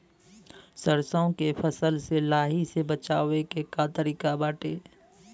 सरसो के फसल से लाही से बचाव के का तरीका बाटे?